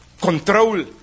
control